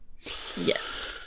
Yes